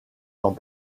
temps